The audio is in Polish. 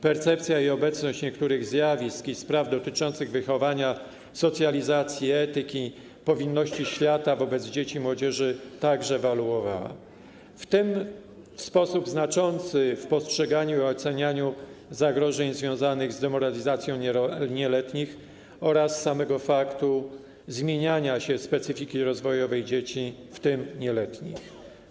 Percepcja i obecność niektórych zjawisk i spraw dotyczących wychowania, socjalizacji, etyki i powinności świata wobec dzieci i młodzieży także ewaluowała, w tym w sposób znaczący w postrzeganiu i ocenianiu zagrożeń związanych z demoralizacją nieletnich oraz samego faktu zmieniania się specyfiki rozwojowej dzieci, w tym nieletnich.